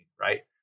right